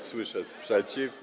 Słyszę sprzeciw.